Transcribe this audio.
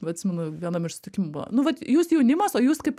atsimenu vienam iš susitikimų buvo nu vat jūs jaunimas o jūs kaip